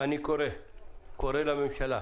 אני מסכם את הדיון.